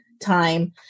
time